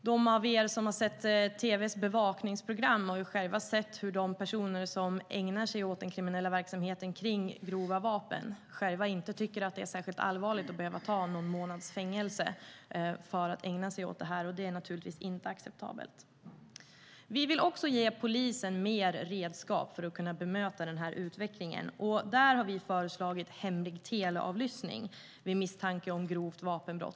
De av er som har sett tv:s bevakningsprogram har själva sett hur de personer som ägnar sig åt kriminell verksamhet med grova vapen inte tycker att det är särskilt allvarligt att behöva ta någon månads fängelse. Det är naturligtvis inte acceptabelt. Vi vill också ge polisen fler redskap för att bemöta utvecklingen. Där har vi föreslagit hemlig teleavlyssning vid misstanke om grovt vapenbrott.